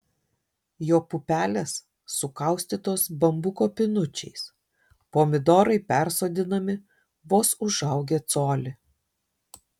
jo pupelės sukaustytos bambuko pinučiais pomidorai persodinami vos užaugę colį